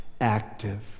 Active